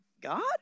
God